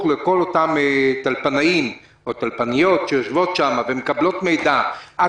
לכל אותם טלפנים או טלפניות שיושבת שם מידע יום יומי,